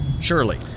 Surely